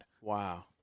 Wow